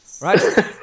right